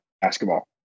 basketball